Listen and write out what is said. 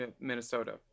Minnesota